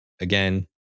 again